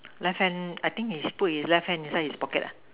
left hand I think is put his left hand inside his pocket lah